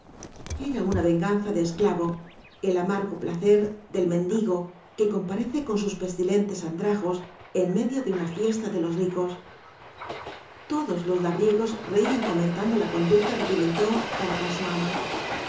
era una venganza de esclavo el amargo placer del mendigo que comparece con sus pestilentes andrajos en medio de una fiesta de los ricos todos los labriegos reían comentando la conducta de pimentó para con su ama